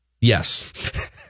yes